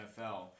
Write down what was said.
NFL